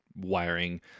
wiring